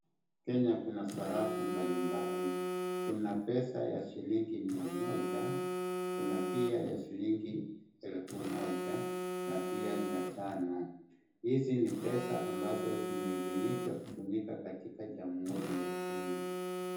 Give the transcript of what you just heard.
Kenya kuna sarafu mbalimbali, kuna pesa ya shilingi mia moja, kuna pia ya shilingi elfu moja na pia mia tano. Hizi ni pesa ambazo zimeidhinishwa kutumika katika jamhuri ya Kenya.